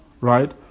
right